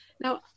Now